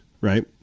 right